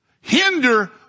hinder